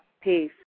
Peace